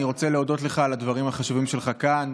אני רוצה להודות לך על הדברים החשובים שלך כאן.